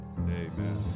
Amen